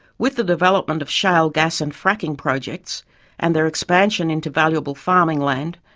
with the development of shale gas and fracking projects and their expansion into valuable farming land,